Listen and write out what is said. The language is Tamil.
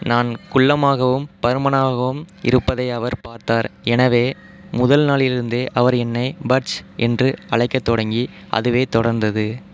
நான் குள்ளமாகவும் பருமனாகவும் இருப்பதை அவர் பார்த்தார் எனவே முதல் நாளிலிருந்தே அவர் என்னை பட்ஜ் என்று அழைக்கத் தொடங்கி அதுவே தொடர்ந்தது